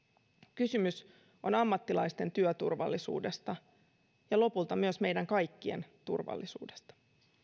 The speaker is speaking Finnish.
kysymys on ammattilaisten työturvallisuudesta ja lopulta myös meidän kaikkien turvallisuudesta